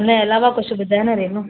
हुनजे अलावा कुझु ॿुधाए न रेनू